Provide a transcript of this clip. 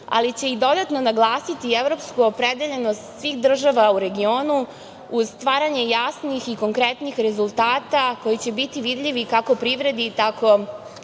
ali će i dodatno naglasiti evropsku opredeljenost svih država u regionu, uz stvaranje jasnih i konkretnih rezultata, koji će biti vidljivi kako privredi, tako